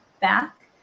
back